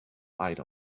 item